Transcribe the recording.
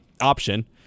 option